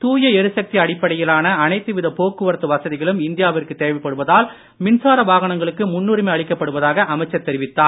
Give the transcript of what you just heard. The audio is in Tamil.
தூய எரிசக்தி அடிப்படையிலான அனைத்துவித போக்குவரத்து வசதிகளும் இந்தியாவிற்கு தேவைப்படுவதால் மின்சார வாகனங்களுக்கு அமைச்சர் தெரிவித்தார்